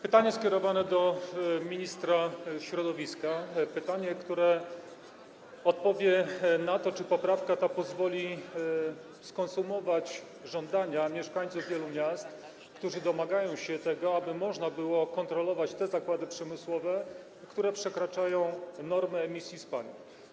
Pytanie jest kierowane do ministra środowiska i dotyczy tego, czy poprawka ta pozwoli skonsumować żądania mieszkańców wielu miast, którzy domagają się tego, aby można było kontrolować zakłady przemysłowe, które przekraczają normy emisji spalin.